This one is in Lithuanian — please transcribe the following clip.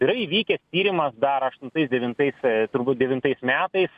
yra įvykęs tyrimas dar aštuntais devintais e turbūt devintais metais